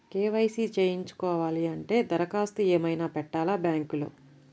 KYC చేయించుకోవాలి అంటే దరఖాస్తు ఏమయినా పెట్టాలా బ్యాంకులో?